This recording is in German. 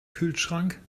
kühlschrank